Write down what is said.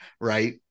right